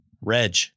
Reg